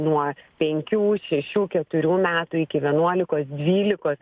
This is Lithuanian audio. nuo penkių šešių keturių metų iki vienuolikos dvylikos